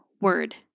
word